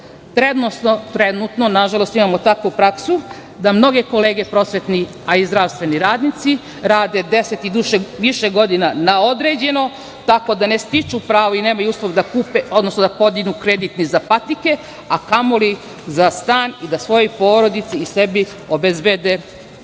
stana. Trenutno, nažalost imamo takvu praksu da mnoge kolege prosvetni, a i zdravstveni radnici rade deset i više godina na određeno, tako da ne ističu pravo i nemaju uslov da kuće, odnosno da podignu kredit ni za patike, a kamo li za stan i da svojoj porodici i sebi obezbede.